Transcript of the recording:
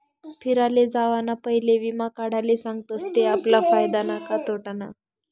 फिराले जावाना पयले वीमा काढाले सांगतस ते आपला फायदानं का तोटानं